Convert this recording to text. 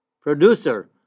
producer